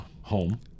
home